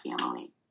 family